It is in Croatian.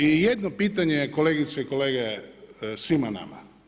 I jedno pitanje kolegice i kolege svima nama.